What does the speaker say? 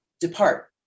depart